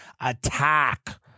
attack